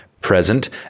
present